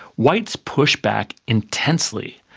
whites push back intensely.